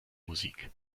musik